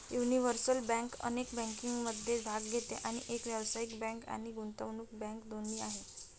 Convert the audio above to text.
universal bank अनेक बँकिंगमध्ये भाग घेते आणि एक व्यावसायिक बँक आणि गुंतवणूक बँक दोन्ही आहे